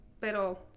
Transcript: pero